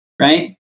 right